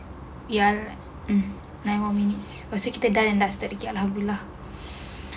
ya right mm nine more minutes lepas tu kita dye and dusted again lagu lah